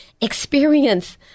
experience